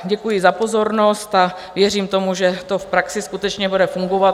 Děkuji za pozornost a věřím tomu, že to v praxi skutečně bude fungovat.